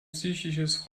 psychisches